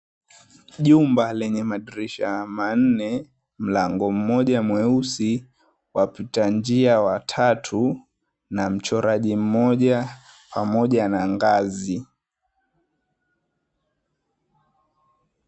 Jumba lenye madirisha manne, mlango mmoja mweusi, wapita njia watatu na mchoraji mmoja pamoja na ngazi.